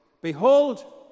Behold